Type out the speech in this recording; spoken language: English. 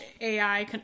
AI